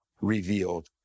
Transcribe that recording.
revealed